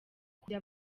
kujya